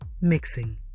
mixing